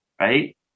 right